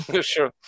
Sure